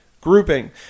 grouping